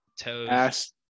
toes